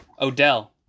odell